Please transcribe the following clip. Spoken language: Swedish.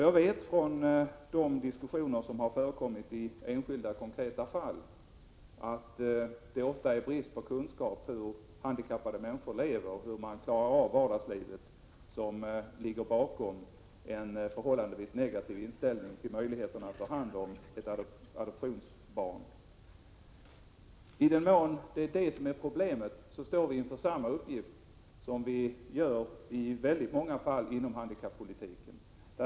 Jag vet av de diskussioner som har förekommit i enskilda, konkreta fall att det ofta är brist på kunskap om hur handikappade lever och klarar av vardagslivet som ligger bakom en förhållandevis negativ inställning till möjligheten att ta hand om ett adoptivbarn. I den mån det är detta som är problemet står vi här inför samma uppgift som är fallet inom väldigt många områden av handikappolitiken.